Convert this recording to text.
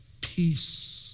Peace